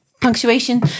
Punctuation